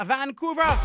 Vancouver